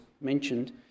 mentioned